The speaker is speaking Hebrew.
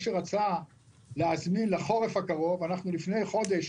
שרצה להזמין לחורף הקרוב אנחנו לפני חודש